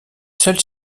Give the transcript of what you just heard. seuls